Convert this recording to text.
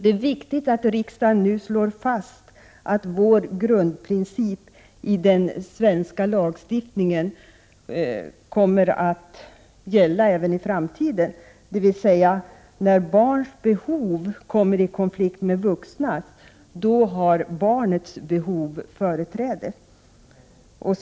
Det är viktigt att riksdagen nu slår fast att grundprincipen i den svenska lagstiftningen kommer att gälla även i framtiden — dvs. att barns behov har företräde när barns behov kommer i konflikt med de vuxnas.